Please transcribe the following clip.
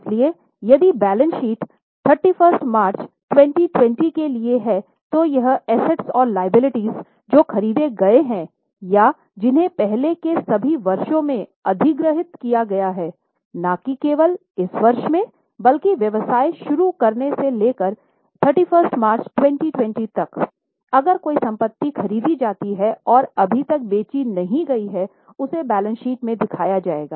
इसलिए यदि balance sheet 31 मार्च 2020 के लिए है तो यह एसेट्स जो खरीदे गए या जिन्हें पहले के सभी वर्षों में अधिग्रहित किया गया है न कि केवल इस वर्ष में बल्कि व्यवसाय शुरू करने से लेकर 31 मार्च 2020 तक अगर कोई संपत्ति खरीदी जाती है और अभी तक बेची नहीं गई है इसे बैलेंस शीट में दिखाया जाएगा